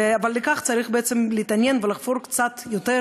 אבל לשם כך צריך להתעניין ולחפור קצת יותר,